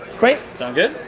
great. sound good?